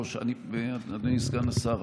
היושב-ראש ואדוני סגן השר,